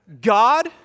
God